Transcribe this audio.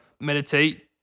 meditate